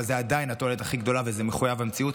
אבל זו עדיין התועלת הכי גדולה וזה מחויב המציאות,